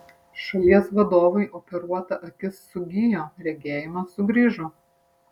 šalies vadovui operuota akis sugijo regėjimas sugrįžo